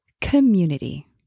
community